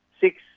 Six